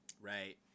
right